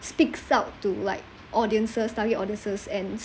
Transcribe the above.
speaks out to like audiences target audiences and